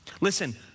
listen